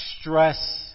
stress